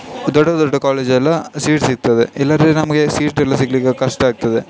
ದೊಡ್ಡ ದೊಡ್ಡ ಕಾಲೇಜಲ್ಲಿ ಸೀಟ್ ಸಿಗ್ತದೆ ಇಲ್ಲಾಂದ್ರೆ ನಮಗೆ ಸೀಟೆಲ್ಲ ಸಿಗಲಿಕ್ಕೆ ಕಷ್ಟ ಆಗ್ತದೆ